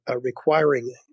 requiring